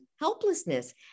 helplessness